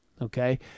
okay